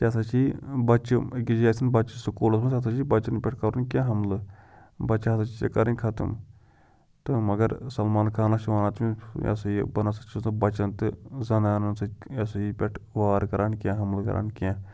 ژےٚ ہَسا چھی بَچہِ أکِس جایہِ آسَن بَچہِ سکوٗلَس منٛز ژےٚ ہَسا چھی بَچَن پٮ۪ٹھ کَرُن کینٛہہ حَملہٕ بَچہِ ہَسا چھِ ژےٚ کَرٕنۍ ختم تہٕ مگر سَلمان خانَس چھِ وَنان تِم یہِ ہَسا یہِ بہٕ نہ سا چھُس نہٕ بَچَن تہٕ زَنانَن سۭتۍ یہِ ہسا یہِ پٮ۪ٹھ وار کَران کینٛہہ حملہٕ کَران کینٛہہ